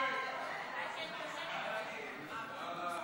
פקודת מס הכנסה (מס' 250)